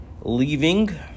leaving